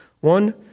One